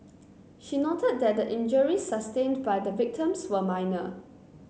she noted that the injuries sustained by the victims were minor